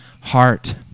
heart